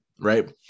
Right